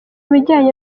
bijyanye